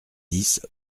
dix